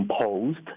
imposed